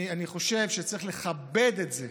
אני חושב שצריך לכבד את זה,